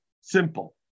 simple